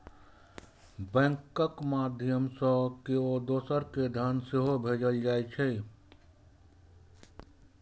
बैंकक माध्यय सं केओ दोसर कें धन सेहो भेज सकै छै